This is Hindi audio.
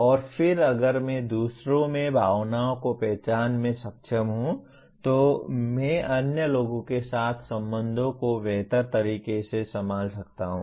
और फिर अगर मैं दूसरों में भावनाओं को पहचानने में सक्षम हूं तो मैं अन्य लोगों के साथ संबंधों को बेहतर तरीके से संभाल सकता हूं